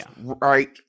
right